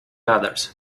others